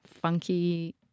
funky